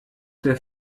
der